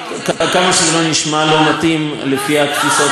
נשמע מתאים לתפיסות שלנו.